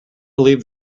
believe